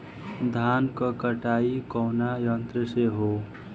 धान क कटाई कउना यंत्र से हो?